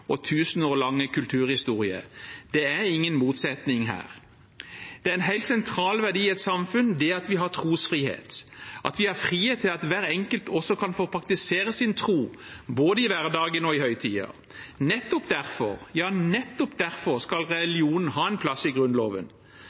og vår 1 000 år lange kulturhistorie. Det er ingen motsetning her. Det er en helt sentral verdi i et samfunn at vi har trosfrihet, at vi har frihet til at hver enkelt også kan få praktisere sin tro både i hverdagen og i høytider. Nettopp derfor, ja nettopp derfor, skal religionen ha en plass i Grunnloven,